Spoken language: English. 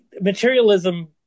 materialism